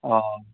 অঁ